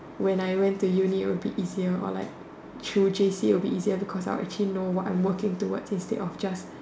when I went to uni it will be easier or like through J_C it will be easier because I will actually know what I'm working towards instead of just